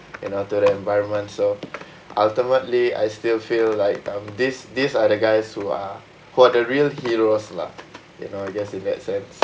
you know to the environment so ultimately I still feel like um these these are the guys who are who are the real heroes lah you know I guess in that sense